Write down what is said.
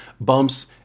bumps